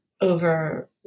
over